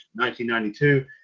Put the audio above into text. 1992